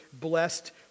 blessed